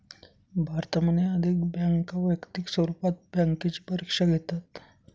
भारतामध्ये अनेक बँका वैयक्तिक स्वरूपात बँकेची परीक्षा घेतात